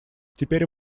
теперь